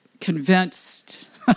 convinced